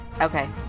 Okay